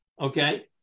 Okay